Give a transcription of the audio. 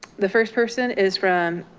the first person is from